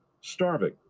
starving